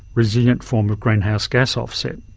resilient form of greenhouse gas offset.